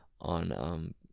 on